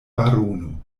barono